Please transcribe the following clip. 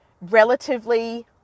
relatively